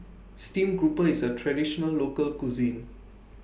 Stream Grouper IS A Traditional Local Cuisine